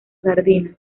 sardina